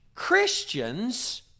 Christians